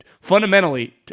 fundamentally